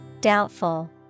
Doubtful